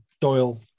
Doyle